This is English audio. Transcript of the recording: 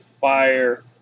fire